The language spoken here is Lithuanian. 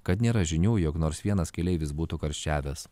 kad nėra žinių jog nors vienas keleivis būtų karščiavęs